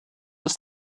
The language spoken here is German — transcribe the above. ist